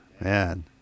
man